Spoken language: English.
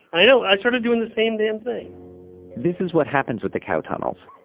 i know, i started doing the same damn thing this is what happens with the cow tunnels,